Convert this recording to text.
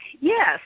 Yes